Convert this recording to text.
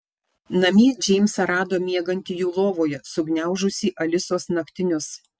namie džeimsą rado miegantį jų lovoje sugniaužusį alisos naktinius